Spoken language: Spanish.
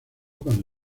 cuando